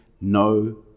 no